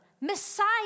Messiah